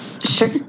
Sure